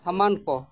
ᱥᱟᱢᱟᱱ ᱠᱚ